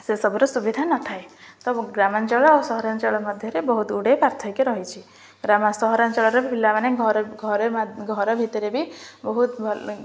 ସେସବୁୁର ସୁବିଧା ନଥାଏ ତ ଗ୍ରାମାଞ୍ଚଳ ଆଉ ସହରାଞ୍ଚଳ ମଧ୍ୟରେ ବହୁତ ଗୁଡ଼ାଏ ପାର୍ଥକ୍ୟ ରହିଛିି ସହରାଞ୍ଚଳରେ ପିଲାମାନେ ଘରେ ଘରେ ଘର ଭିତରେ ବି ବହୁତ ଭଲ